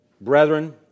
Brethren